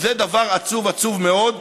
וזה דבר עצוב, עצוב מאוד.